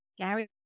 Gary